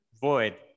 void